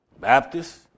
Baptists